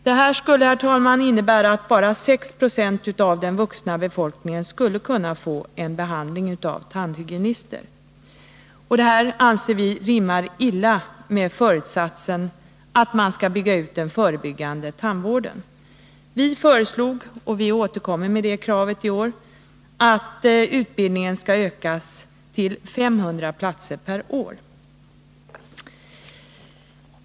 Detta skulle innebära att bara 6 90 av den vuxna befolkningen skulle kunna få behandling av tandhygienist. Det anser vi rimmar illa med föresatsen att bygga ut den förebyggande tandvården. Vpk föreslog då — och vi återkommer med det kravet i år — att utbildningen av tandhygienister skulle ökas till 500 platser per år.